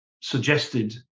suggested